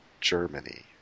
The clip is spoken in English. Germany